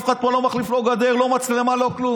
אף אחד פה לא מחליף לא גדר, לא מצלמה, לא כלום.